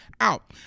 out